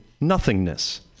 nothingness